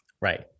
Right